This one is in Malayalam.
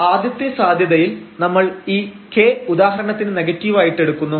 അപ്പോൾ ആദ്യത്തെ സാധ്യതയിൽ നമ്മൾ ഈ k ഉദാഹരണത്തിന് നെഗറ്റീവായിട്ട് എടുക്കുന്നു